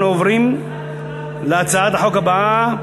אנחנו עוברים להצעת החוק הבאה: